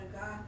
God